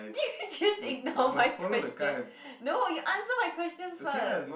did you just ignore my question no you answer my question first